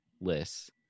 lists